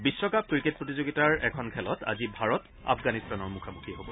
বিশ্বকাপ ক্ৰিকেট প্ৰতিযোগিতাৰ এখন খেলত আজি ভাৰত আফগানিস্তানৰ মুখামুখি হ'ব